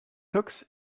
tux